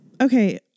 Okay